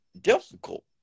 difficult